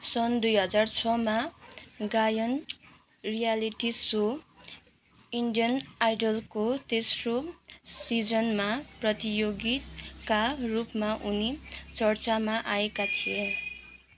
सन् दुई हजार छ मा गायन रियालिटी सो इन्डियन आइडलको तेस्रो सिजनमा प्रतियोगीका रूपमा उनी चर्चामा आएका थिए